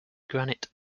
granite